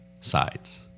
sides